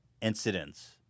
incidents